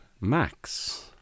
Max